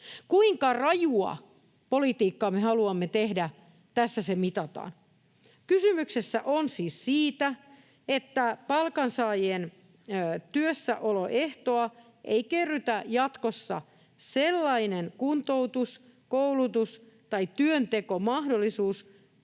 Kuinka rajua politiikkaa me haluamme tehdä, tässä se mitataan. Kysymys on siis siitä, että palkansaajien työssäoloehtoa ei kerrytä jatkossa sellainen kuntoutus, koulutus tai työntekomahdollisuus,